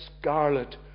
scarlet